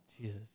Jesus